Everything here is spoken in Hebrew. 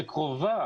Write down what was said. שקרובה,